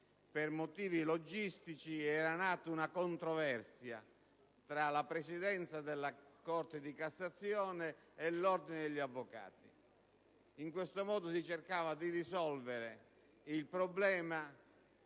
per motivi logistici, era nata una controversia tra la presidenza della Corte di cassazione e l'Ordine degli avvocati. In questo modo si cercava di risolvere il problema